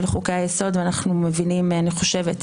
חוקי היסוד ואנחנו מבינים אני חושבת,